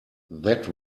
that